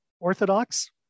orthodox